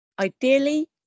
Ideally